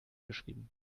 geschrieben